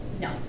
No